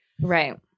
Right